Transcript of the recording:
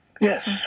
Yes